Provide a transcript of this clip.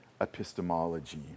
epistemology